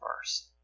first